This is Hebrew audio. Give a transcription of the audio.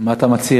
מה אתה מציע?